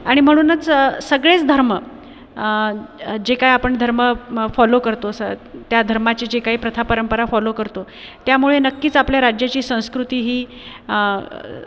आणि म्हणूनच सगळेच धर्म जे काय आपण धर्म फॉलो करतो सं त्या धर्माचे जे काही प्रथा परंपरा फॉलो करतो त्यामुळे नक्कीच आपल्या राज्याची संस्कृती ही